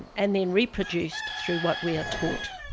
and then reproduced through what we are taught?